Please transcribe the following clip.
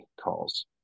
calls